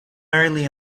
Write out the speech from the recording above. early